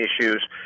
issues